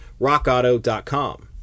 rockauto.com